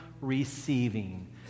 receiving